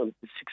six